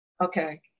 Okay